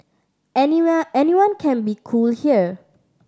anyone anyone can be cool here